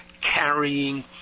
carrying